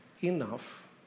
enough